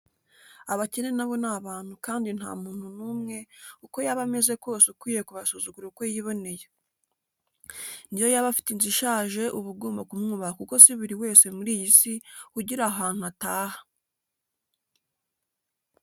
Abakene na bo ni abantu kandi nta muntu n'umwe, uko yaba ameze kose, ukwiye kubasuzugura uko yiboneye. N'iyo yaba afite inzu ishaje uba ugomba kumwubaha kuko si buri wese muri iyi si ugira ahantu ataha.